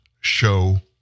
show